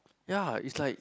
ya is like